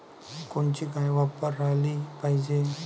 कोनची गाय वापराली पाहिजे?